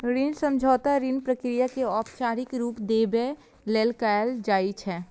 ऋण समझौता ऋण प्रक्रिया कें औपचारिक रूप देबय लेल कैल जाइ छै